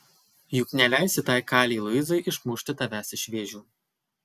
juk neleisi tai kalei luizai išmušti tavęs iš vėžių